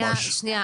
ממש.